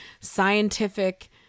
scientific